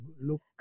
look